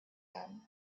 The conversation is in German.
haben